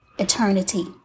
eternity